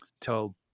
tell